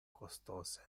costose